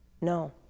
no